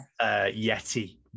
yeti